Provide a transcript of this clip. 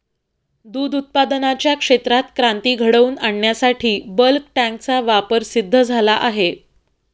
दूध उत्पादनाच्या क्षेत्रात क्रांती घडवून आणण्यासाठी बल्क टँकचा वापर सिद्ध झाला आहे